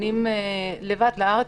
קטינים לבד לארץ.